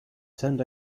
turned